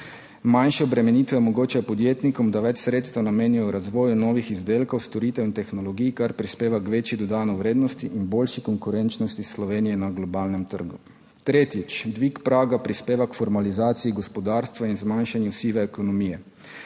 manjše obremenitve omogočajo podjetnikom, da več sredstev namenijo razvoju novih izdelkov, storitev in tehnologij, kar prispeva k večji dodani vrednosti in boljši konkurenčnosti Slovenije na globalnem trgu. Tretjič, dvig praga prispeva k normalizaciji gospodarstva in zmanjšanju sive ekonomije.